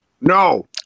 No